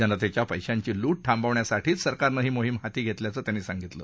जनतेच्या पैशांची लूट थांबवण्यासाठीच सरकारनं ही मोहिम हाती घेतल्याचं त्यांनी सांगितलं